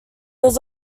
was